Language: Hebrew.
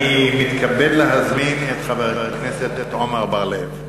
אני מתכבד להזמין את חבר הכנסת עמר בר-לב.